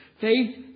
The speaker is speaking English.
Faith